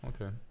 Okay